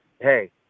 hey